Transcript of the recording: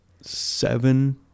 seven